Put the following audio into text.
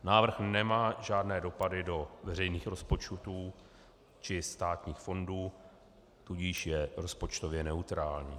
Návrh nemá žádné dopady do veřejných rozpočtů či státních fondů, tudíž je rozpočtově neutrální.